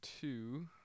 two